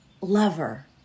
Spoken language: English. lover